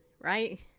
Right